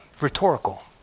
Rhetorical